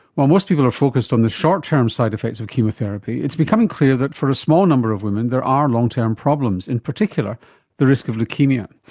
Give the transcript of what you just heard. while most people are focussed on the short term side effects of chemotherapy, it's becoming clear that for a small number of women there are long term problems, in particular the risk of leukaemia.